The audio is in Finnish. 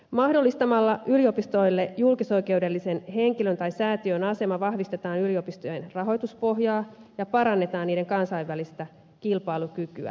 mahdollistamalla yliopistoille julkisoikeudellisen henkilön tai säätiön asema vahvistetaan yliopistojen rahoituspohjaa ja parannetaan niiden kansainvälistä kilpailukykyä